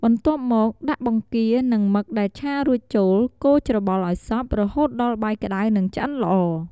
បន្ទាប់មក ដាក់បង្គានិងមឹកដែលឆារួចចូល កូរច្របល់ឱ្យសព្វ រហូតដល់បាយក្តៅ និងឆ្អិនល្អ។